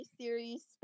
series